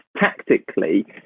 tactically